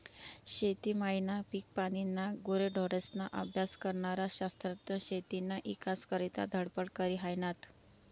शेती मायना, पिकपानीना, गुरेढोरेस्ना अभ्यास करनारा शास्त्रज्ञ शेतीना ईकास करता धडपड करी हायनात